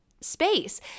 space